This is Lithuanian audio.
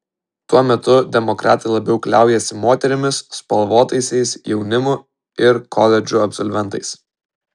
tuo metu demokratai labiau kliaujasi moterimis spalvotaisiais jaunimu ir koledžų absolventais